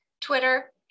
Twitter